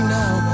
now